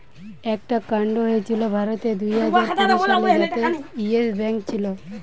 একটা কান্ড হয়েছিল ভারতে দুইহাজার কুড়ি সালে যাতে ইয়েস ব্যাঙ্ক ছিল